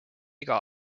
iga